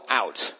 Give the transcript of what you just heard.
out